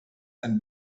ein